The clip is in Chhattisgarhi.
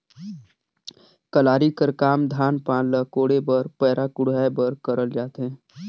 कलारी कर काम धान पान ल कोड़े बर पैरा कुढ़ाए बर करल जाथे